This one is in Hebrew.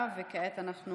ואתה פשוט,